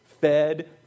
fed